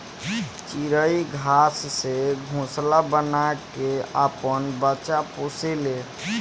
चिरई घास से घोंसला बना के आपन बच्चा पोसे ले